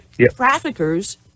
traffickers